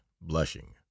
blushing